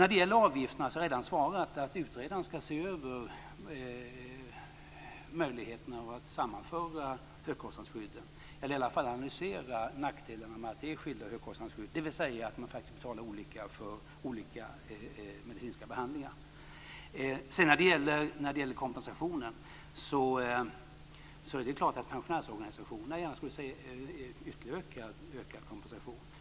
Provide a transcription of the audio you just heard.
När det gäller avgifterna har jag redan svarat att utredaren skall se över möjligheten att sammanföra högkostnadsskydden, eller i alla fall analysera nackdelarna med att det är skilda högkostnadsskydd, dvs. att man faktiskt betalar olika för olika medicinska behandlingar. Det är klart att pensionärsorganisationerna gärna skulle se en ytterligare ökad kompensation.